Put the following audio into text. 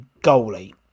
goalie